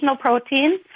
protein